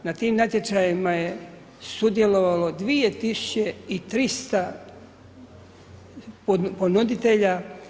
Na tim natječajima je sudjelovalo 2300 ponuditelja.